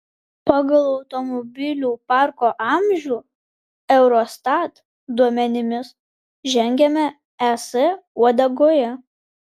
pagal automobilių parko amžių eurostat duomenimis žengiame es uodegoje